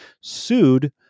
sued